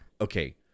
okay